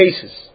cases